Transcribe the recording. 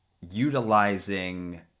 utilizing